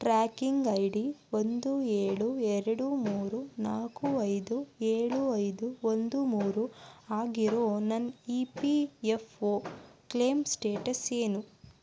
tracking I D ಒಂದು ಏಳು ಎರಡು ಮೂರು ನಾಕು ಐದು ಏಳು ಐದು ಒಂದು ಮೂರು ಆಗಿರೋ ನನ್ನ E P F O claim status ಏನು